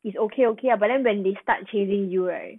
is okay okay ah but then when they start chasing you right